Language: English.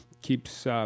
keeps